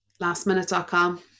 Lastminute.com